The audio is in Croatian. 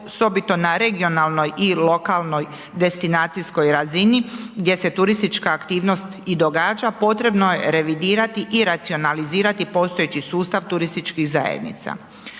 osobito na regionalnoj i lokalnoj destinacijskoj razini gdje se turistička aktivnost i događa, potrebno je revidirati i racionalizirati postojeći sustav turističkih zajednica.